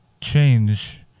change